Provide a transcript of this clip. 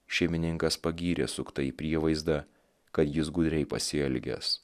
šeimininkas pagyrė suktąjį prievaizdą kad jis gudriai pasielgęs